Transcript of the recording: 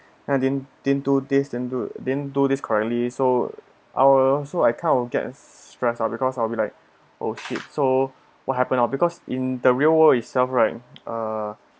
and didn't didn't do this didn't do didn't do this correctly so I'll so I kind of get stress ah because I'll be like oh shit so what happened oh because in the real world itself right uh